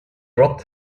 dropped